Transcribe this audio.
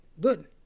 good